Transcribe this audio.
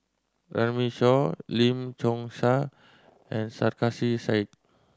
Runme Shaw Lim Chong Yah and Sarkasi Said